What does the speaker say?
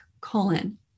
colon